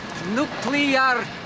Nuclear